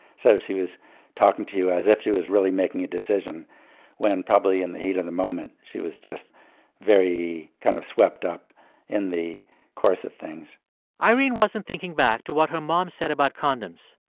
so she was talking to you as if she was really making a decision when probably in the heat of the moment, she was just very kind of swept up in the course of things irene wasn't thinking back to what her mom said about condoms.